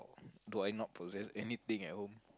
do I not possess anything at home